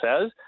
says